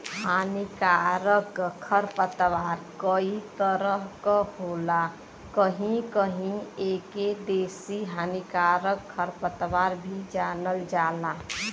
हानिकारक खरपतवार कई तरह क होला कहीं कहीं एके देसी हानिकारक खरपतवार भी जानल जाला